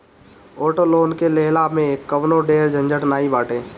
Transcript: auto loan के लेहला में कवनो ढेर झंझट नाइ बाटे